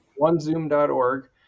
OneZoom.org